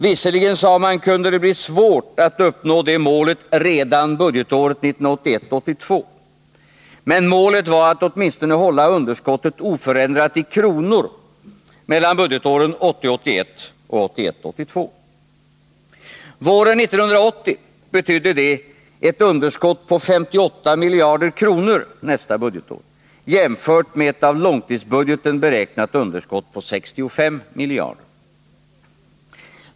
Visserligen, sade man, kunde det bli svårt att uppnå detta mål redan budgetåret 1981 81 och 1981/82. Våren 1980 betydde detta ett underskott på 58 miljarder kronor nästa budgetår jämfört med ett av långtidsbudgeten beräknat underskott på 65 miljarder.